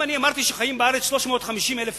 אם אני אמרתי שחיים בארץ 350,000 איש,